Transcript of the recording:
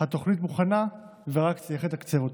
התוכנית מוכנה ורק צריך לתקצב אותה.